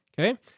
okay